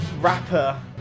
Rapper